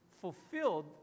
fulfilled